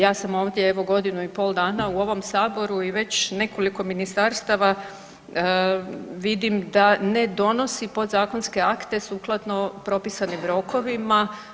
Ja sam ovdje, evo, godinu i pol dana u ovom Saboru i već nekoliko ministarstava vidim da ne donosi podzakonske akte sukladno propisanim rokovima.